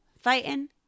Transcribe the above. fighting